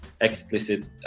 explicit